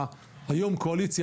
היום הקואליציה,